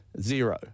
zero